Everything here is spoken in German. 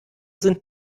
sind